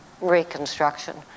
Reconstruction